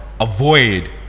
avoid